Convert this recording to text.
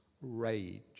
rage